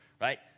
right